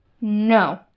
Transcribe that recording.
No